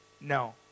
No